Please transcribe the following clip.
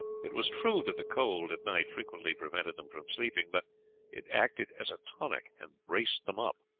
it was true that the cold at night frequently prevented them from sleeping, but it acted as a tonic and braced them up.